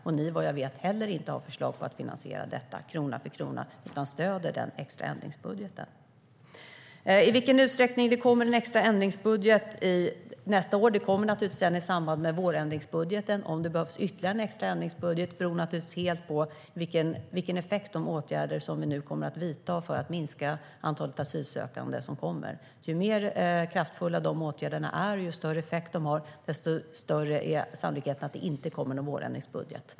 Vad jag vet har ni heller inte förslag om att finansiera detta krona för krona, utan ni stöder den extra ändringsbudgeten. I vilken utsträckning kommer det en extra ändringsbudget nästa år? Det kommer naturligtvis en i samband med vårändringsbudgeten. Om det behövs ytterligare en extra ändringsbudget beror naturligtvis helt på vilken effekt de åtgärder som vi nu kommer att vidta för att minska antalet asylsökande får. Ju mer kraftfulla de åtgärderna är och ju större effekt de har, desto större är sannolikheten att det inte kommer någon vårändringsbudget.